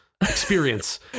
experience